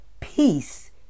Peace